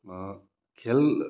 खेल